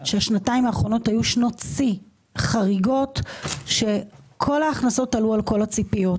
שהשנתיים האחרונות היו שנות שיא חריגות שכל ההכנסות עלו על כל הציפיות,